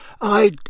I